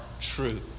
true